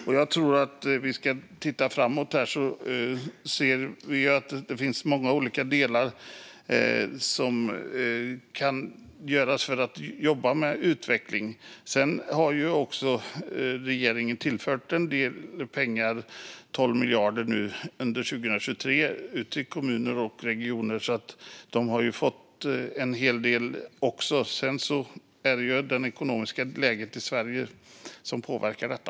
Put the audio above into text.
Om vi tittar framåt ser vi att det finns många olika delar som kan göras för att jobba med utveckling. Regeringen har också tillfört kommuner och regioner en del pengar, 12 miljarder, under 2023, så de har fått en hel del. Sedan är det det ekonomiska läget i Sverige som påverkar detta.